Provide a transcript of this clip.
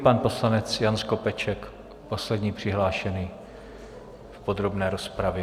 Pan poslanec Jan Skopeček, poslední přihlášený v podrobné rozpravě.